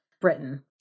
Britain